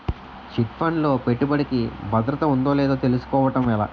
Chit fund లో పెట్టుబడికి భద్రత ఉందో లేదో తెలుసుకోవటం ఎలా?